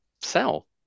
sell